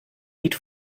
lied